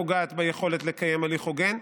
פוגעת ביכולת לקיים הליך הוגן.